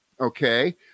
okay